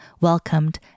welcomed